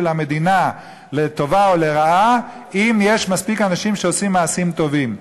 המדינה לטובה או לרעה אם יש מספיק אנשים שעושים מעשים טובים.